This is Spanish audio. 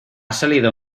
salido